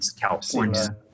California